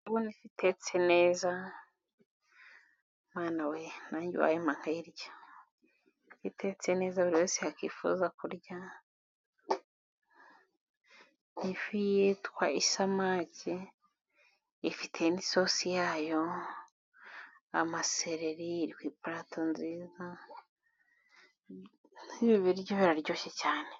Kubona ifi itetse neza, Mana we, nanjye uwayimpa nakayirya! Ifi itetse neza buri wese yakivuza kurya .Ifi yitwa isamake, ifite n'isosi yayo, amasereri, iri ku ipulato nziza, ibi biryo biraryoshye cyane!